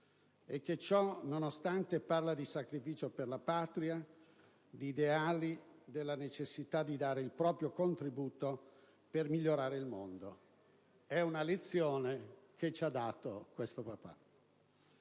e che, ciò nonostante, parla di sacrificio per la Patria, di ideali, della necessità di dare il proprio contributo per migliorare il mondo. È una lezione che ci ha dato questo papà.